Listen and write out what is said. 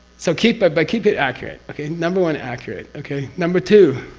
so keep. ah but keep it accurate. okay? number one, accurate. okay? number two.